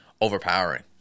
overpowering